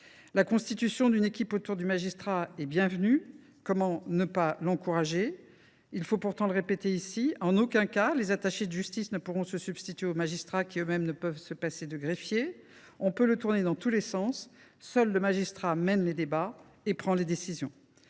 la constitution d’une équipe autour du magistrat est bienvenue. Comment ne pas l’encourager ? Répétons le pourtant : en aucun cas, les attachés de justice ne pourront se substituer aux magistrats qui, eux mêmes, ne peuvent se passer de greffiers. On peut tourner le problème dans tous les sens : seul le magistrat mène les débats et prend les décisions.